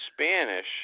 Spanish